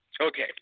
Okay